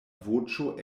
voĉo